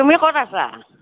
তুমি ক'ত আছা